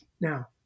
now